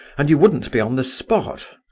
and you wouldn't be on the spot.